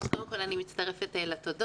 קודם כל אני מצטרפת לתודות,